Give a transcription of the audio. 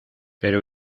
pero